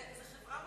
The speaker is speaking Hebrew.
זה חברה מופרטת.